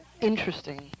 Interesting